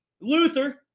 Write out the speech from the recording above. Luther